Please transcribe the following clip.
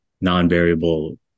non-variable